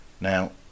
Now